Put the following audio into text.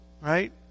right